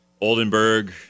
Oldenburg